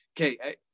Okay